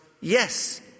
yes